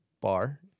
bar